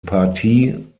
partie